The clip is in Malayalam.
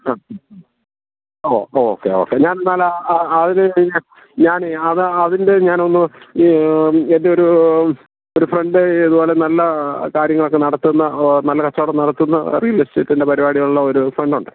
ആ ഓ ഓക്കെ ഓക്കെ ഞാൻ എന്നാൽ അതിന് ഞാന് അത് അതിൻ്റെ ഞാനൊന്ന് എൻ്റെ ഒരു ഒരു ഫ്രണ്ട് ഇതുപോലെ നല്ല കാര്യങ്ങളൊക്കെ നടത്തുന്ന നല്ല കച്ചവടം നടത്തുന്ന റിയൽ എസ്റ്റേറ്റിൻ്റെ പരിപാടിയുള്ള ഒരു ഫണ്ട് ഉണ്ട്